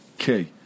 Okay